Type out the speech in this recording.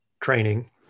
training